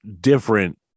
different